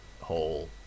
whole